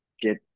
get